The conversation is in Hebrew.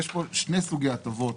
יש פה שני סוגי הטבות,